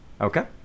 Okay